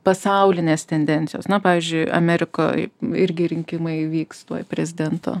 pasaulinės tendencijos na pavyzdžiui amerikoj irgi rinkimai vyks tuoj prezidento